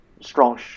strong